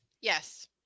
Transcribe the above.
Yes